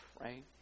right